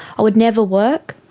i would never work,